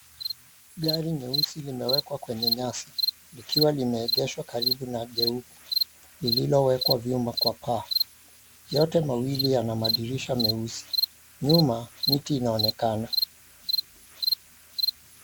Gari leusi limewekwa kwenye nyasi likiwa limeegeshwa karibu na jeupe lililowekwa vyuma kwa paa. Yote mawili yana madirisha meusi. Nyuma miti inaonekana.